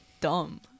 dumb